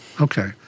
Okay